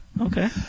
Okay